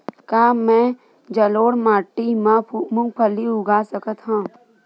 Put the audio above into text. का मैं जलोढ़ माटी म मूंगफली उगा सकत हंव?